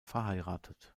verheiratet